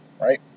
Right